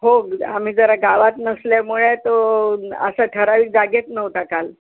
हो आम्ही जरा गावात नसल्यामुळे तो असं ठराविक जागेत नव्हता काल